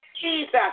Jesus